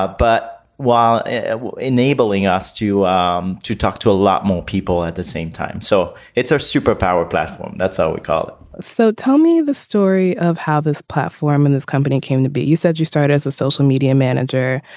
ah but while enabling us to um to talk to a lot more people at the same time so it's our super power platform that's how we call it so tell me the story of how this platform and this company came to be. you said you started as a social media manager.